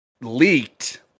leaked